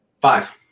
Five